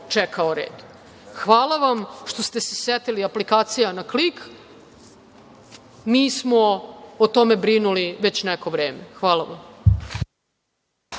čekao red. Hvala vam što ste se setili aplikacija na klik. Mi smo o tome brinuli već neko vreme. Hvala vam.